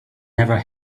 never